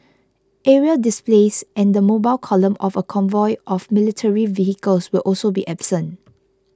aerial displays and the mobile column of a convoy of military vehicles will also be absent